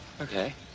Okay